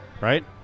Right